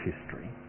history